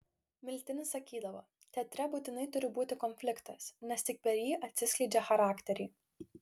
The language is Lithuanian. miltinis sakydavo teatre būtinai turi būti konfliktas nes tik per jį atsiskleidžia charakteriai